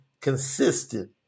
consistent